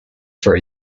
for